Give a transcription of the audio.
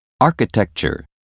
architecture